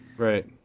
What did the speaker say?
right